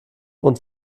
und